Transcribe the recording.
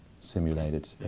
simulated